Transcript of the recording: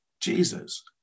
Jesus